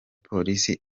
polisi